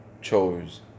chose